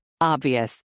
Obvious